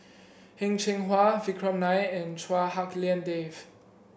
Heng Cheng Hwa Vikram Nair and Chua Hak Lien Dave